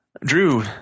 Drew